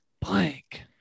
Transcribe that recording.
blank